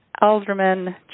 Alderman